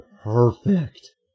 perfect